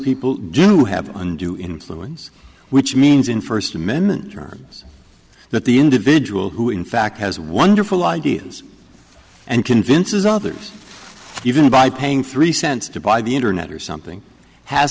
people do have undue influence which means in first amendment terms that the individual who in fact has wonderful ideas and convinces others even by paying three cents to buy the internet or something has